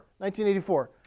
1984